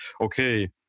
okay